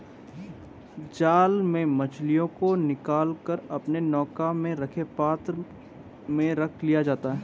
जाल से मछलियों को निकाल कर अपने नौका में रखे पात्र में रख लिया जाता है